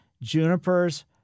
junipers